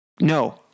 No